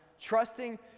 Trusting